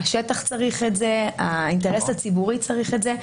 השטח צריך את זה, האינטרס הציבורי צריך את זה.